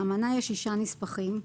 לאמנה יש שישה נספחים.